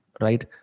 right